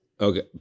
Okay